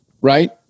right